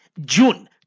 June